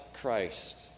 Christ